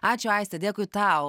ačiū aiste dėkui tau